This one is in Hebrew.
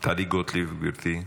טלי גוטליב, גבירתי.